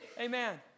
Amen